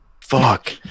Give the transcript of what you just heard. Fuck